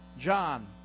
john